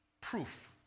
Proof